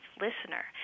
Listener